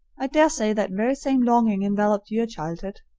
i dare say that very same longing enveloped your childhood.